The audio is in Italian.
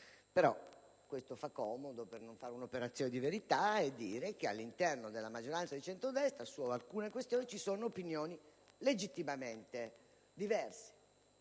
Ma questo fa comodo per non fare un'operazione verità e per non dire che all'interno della maggioranza di centrodestra ci sono opinioni legittimamente diverse.